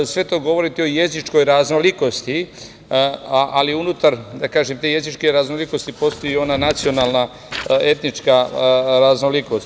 Sve to govori o jezičkoj raznolikosti, ali unutar, da kažem, te jezičke raznolikosti postoji ona nacionalna, etnička raznolikost.